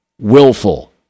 willful